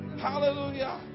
Hallelujah